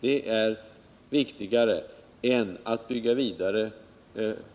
Det är viktigare än att bygga vidare